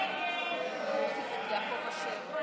הצעת סיעת יש עתיד-תל"ם להביע